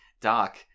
doc